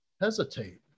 hesitate